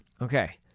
Okay